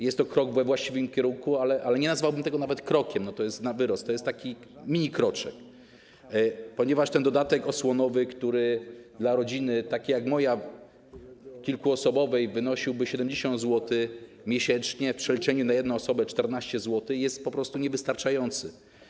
Jest to krok we właściwym kierunku, ale nie nazwałbym tego nawet tego krokiem, to jest na wyrost, to jest taki minikroczek, ponieważ ten dodatek osłonowy, który dla rodziny takiej jak moja, kilkuosobowej, wynosiłby 70 zł miesięcznie, w przeliczeniu na jedną osobę - 14 zł, jest po prostu niewystarczający.